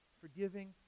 forgiving